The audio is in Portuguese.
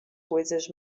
coisas